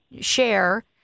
share